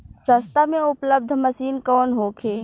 सस्ता में उपलब्ध मशीन कौन होखे?